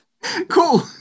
Cool